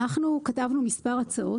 אנחנו כתבנו מספר הצעות,